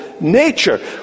nature